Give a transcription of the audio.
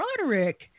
Roderick